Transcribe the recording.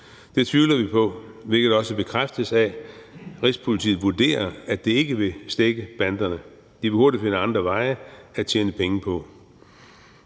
Det tvivler vi på, hvilket også bekræftes af, at Rigspolitiet vurderer, at det ikke vil stække banderne, og de vil hurtigt finde andre veje til at tjene penge.